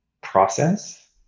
process